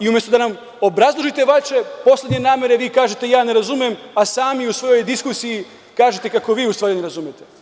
Umesto da nam obrazložite vaše poslednje namere, vi kažete da ja ne razumem, a sami u svojoj diskusiji kažete kako vi u stvari ne razumete.